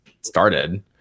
started